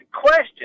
question